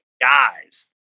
guys